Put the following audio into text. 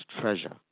treasure